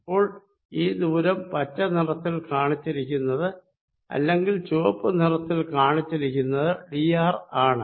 അപ്പോൾ ഈ ദൂരം പച്ച നിറത്തിൽ കാണിച്ചിരിക്കുന്നത് അല്ലെങ്കിൽ ചുവപ്പു നിറത്തിൽ കാണിച്ചിരിക്കുന്നത് ഡി ആർ ആണ്